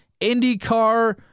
IndyCar